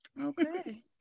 Okay